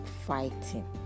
fighting